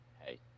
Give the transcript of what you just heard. Hey